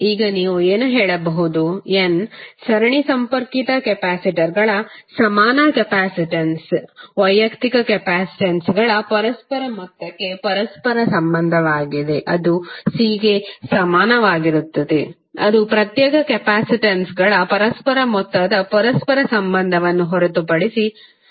ಈಗ ನೀವು ಏನು ಹೇಳಬಹುದು n ಸರಣಿ ಸಂಪರ್ಕಿತ ಕೆಪಾಸಿಟರ್ಗಳ ಸಮಾನ ಕೆಪಾಸಿಟನ್ಸ್ ವೈಯಕ್ತಿಕ ಕೆಪಾಸಿಟನ್ಸ್ಗಳ ಪರಸ್ಪರ ಮೊತ್ತಕ್ಕೆ ಪರಸ್ಪರ ಸಂಬಂಧವಾಗಿದೆ ಅದು c ಗೆ ಸಮಾನವಾಗಿರುತ್ತದೆ ಅದು ಪ್ರತ್ಯೇಕ ಕೆಪಾಸಿಟನ್ಸ್ಗಳ ಪರಸ್ಪರ ಮೊತ್ತದ ಪರಸ್ಪರ ಸಂಬಂಧವನ್ನು ಹೊರತುಪಡಿಸಿ ಸರಿನಾ